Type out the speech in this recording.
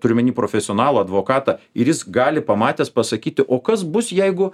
turiu omeny profesionalų advokatą ir jis gali pamatęs pasakyti o kas bus jeigu